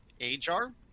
Ajar